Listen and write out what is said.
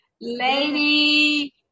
lady